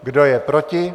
Kdo je proti?